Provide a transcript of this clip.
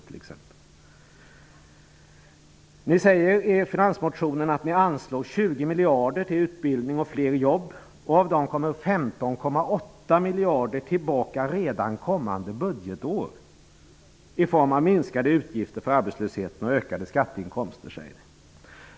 Ni socialdemokrater säger i er finansmotion att ni anslår 20 miljarder till utbildning och fler jobb och att 15,8 miljarder av dem kommer tillbaka redan kommande budgetår i form av minskade utgifter för arbetslösheten och ökade skatteinkomster.